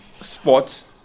sports